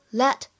let